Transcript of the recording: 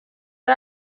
ari